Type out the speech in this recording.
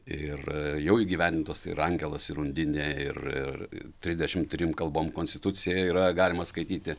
ir jau įgyvendintos tai yra angelas ir undinė ir ir trisdešim trim kalbom konstitucija yra galima skaityti